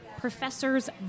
professor's